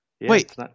Wait